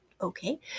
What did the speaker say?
okay